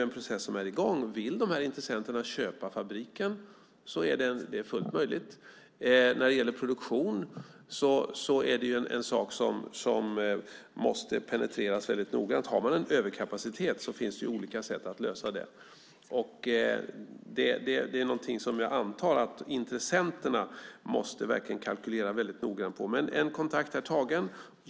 En process är i gång och vill dessa intressenter köpa fabriken är det fullt möjligt. Produktionen är en sak som måste penetreras väldigt noga. Det finns olika sätt att lösa en överkapacitet. Det är något som jag antar att intressenterna verkligen måste kalkylera väldigt noggrant på. En kontakt är alltså tagen.